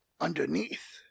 underneath